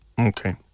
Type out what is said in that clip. Okay